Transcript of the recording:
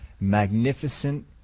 magnificent